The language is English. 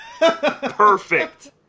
Perfect